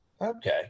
okay